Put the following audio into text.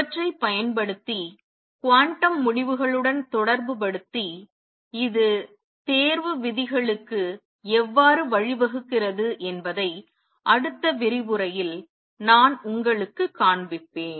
இவற்றைப் பயன்படுத்தி குவாண்டம் முடிவுகளுடன் தொடர்புபடுத்தி இது தேர்வு விதிகளுக்கு எவ்வாறு வழிவகுக்கிறது என்பதை அடுத்த விரிவுரையில் நான் உங்களுக்குக் காண்பிப்பேன்